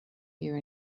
hear